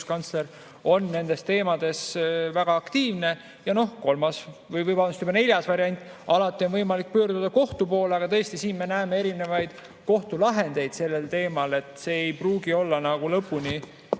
õiguskantsler on nendes teemades väga aktiivne. Kolmas või juba neljas variant: alati on võimalik pöörduda kohtu poole, aga tõesti, siin me näeme erinevaid kohtulahendeid sellel teemal, nii et see ei pruugi olla lõpuni